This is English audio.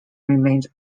remains